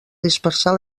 dispersar